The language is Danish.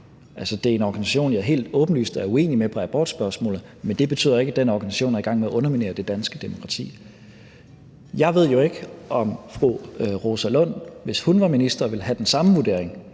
Det er en organisation, som jeg helt åbenlyst er uenig med i abortspørgsmålet, men det betyder jo ikke, at den organisation er i gang med at underminere det danske demokrati. Jeg ved jo ikke, om fru Rosa Lund, hvis hun var minister, ville have den samme vurdering,